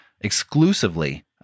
exclusively